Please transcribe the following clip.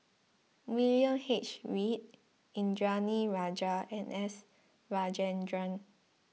William H Read Indranee Rajah and S Rajendran